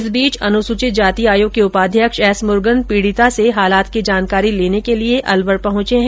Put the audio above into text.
इस बीच अनुसूचित जाति आयोग के उपाध्यक्ष एस मुरगन पीडिता के परिवार से हालात की जानकारी लेने के लिये अलवर पहुंचे है